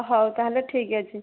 ହେଉ ତା'ହେଲେ ଠିକ ଅଛି